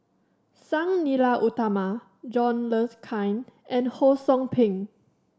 Sang Nila Utama John Le Cain and Ho Sou Ping